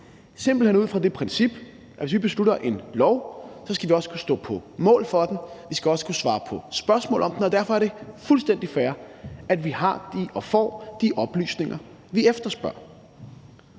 simpelt hen ud fra det princip, at hvis vi vedtager en lov, skal vi også kunne stå på mål for den, vi skal også kunne svare på spørgsmål om den, og derfor er det fuldstændig fair, at vi får de oplysninger, vi efterspørger.